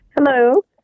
Hello